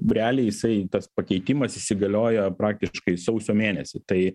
realiai jisai tas pakeitimas įsigaliojo praktiškai sausio mėnesį tai